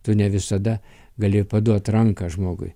tu ne visada gali paduot ranką žmogui